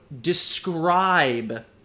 describe